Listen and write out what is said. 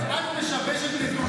את משבשת נתונים,